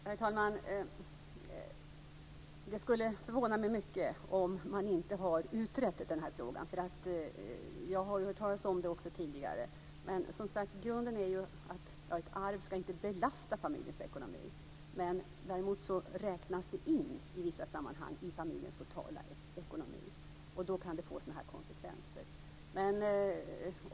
Herr talman! Det skulle förvåna mig mycket om man inte har utrett den här frågan. Jag har tidigare hört talas om detta. Grunden är, som sagt, att ett arv inte ska belasta familjens ekonomi. Däremot räknas arvet in i familjens totala ekonomi, och då kan det få sådana här konsekvenser.